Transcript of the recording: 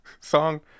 song